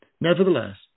Nevertheless